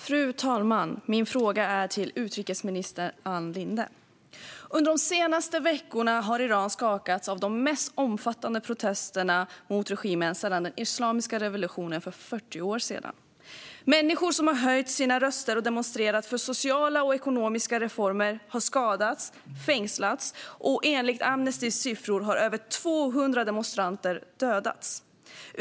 Fru talman! Min fråga går till utrikesminister Ann Linde. Under de senaste veckorna har Iran skakats av de mest omfattande protesterna mot regimen sedan den islamiska revolutionen för 40 år sedan. Människor som har höjt sina röster och demonstrerat för sociala och ekonomiska reformer har skadats och fängslats, och enligt Amnestys siffror har över 200 demonstranter dödats.